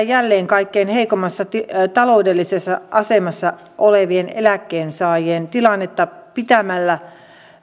jälleen heikentää kaikkein heikoimmassa taloudellisessa asemassa olevien eläkkeensaajien tilannetta pitämällä